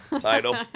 title